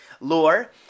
lore